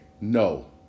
No